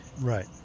right